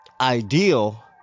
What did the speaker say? ideal